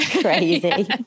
crazy